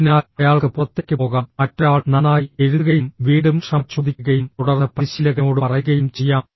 അതിനാൽ അയാൾക്ക് പുറത്തേക്ക് പോകാം മറ്റൊരാൾ നന്നായി എഴുതുകയും വീണ്ടും ക്ഷമ ചോദിക്കുകയും തുടർന്ന് പരിശീലകനോട് പറയുകയും ചെയ്യാം